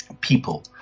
people